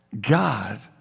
God